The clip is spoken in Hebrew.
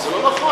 וזה לא נכון,